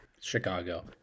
chicago